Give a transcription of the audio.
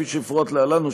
כפי שיפורט להלן,